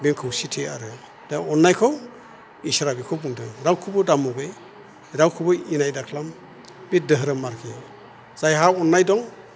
बे खौसेथि आरो दा अननायखौ इसोरा बेखौ बुंदों रावखौबो दा मुगै रावखौबो इनाय दाखालाम बि दोहोरोम आरखि जायहा अननाय दं